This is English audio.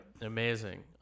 amazing